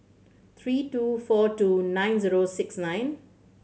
three two four two nine zero six nine